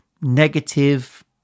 negative